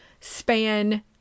span